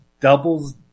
doubles